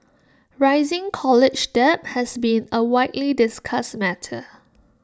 rising college debt has been A widely discussed matter